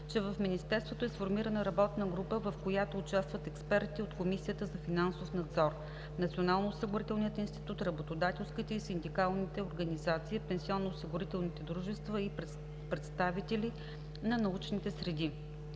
че в Министерството е сформирана работна група, в която участват експерти от Комисията за финансов надзор, Националния осигурителен институт, работодателските и синдикалните организации, пенсионноосигурителните дружества и представители на научните среди.